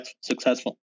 successful